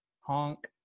Honk